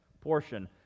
portion